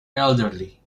elderly